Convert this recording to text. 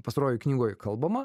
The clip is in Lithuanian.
pastarojoj knygoj kalbama